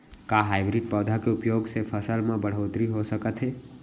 का हाइब्रिड पौधा के उपयोग से फसल म बढ़होत्तरी हो सकत हे?